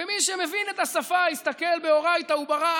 ומי שמבין את השפה, "אסתכל באורייתא וברא עלמא".